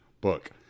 book